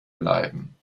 bleiben